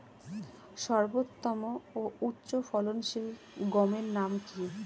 সর্বোত্তম ও উচ্চ ফলনশীল গমের নাম কি?